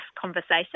conversation